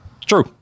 true